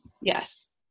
yes